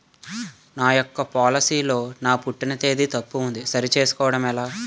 నా యెక్క పోలసీ లో నా పుట్టిన తేదీ తప్పు ఉంది సరి చేసుకోవడం ఎలా?